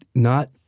not